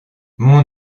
mon